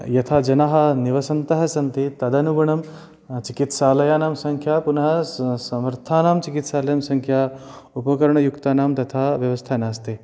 यथा जनाः निवसन्तः सन्ति तदनुगुणं चिकित्सालयानां संख्या पुनः समर्थानां चिकित्सालयानां संख्या उपकरणयुक्तानां तथा व्यवस्था नास्ति